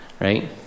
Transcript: right